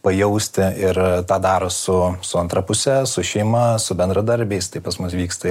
pajausti ir tą daro su su antra puse su šeima su bendradarbiais tai pas mus vyksta